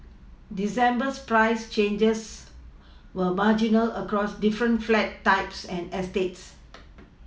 December's price changes were marginal across different flat types and eStates